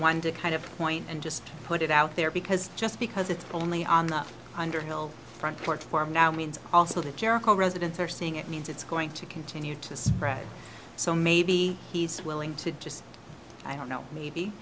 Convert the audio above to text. one to kind of point and just put it out there because just because it's only on the underhill front court form now means also that jericho residents are saying it means it's going to continue to spread so maybe he's willing to just i don't know maybe